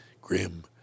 grim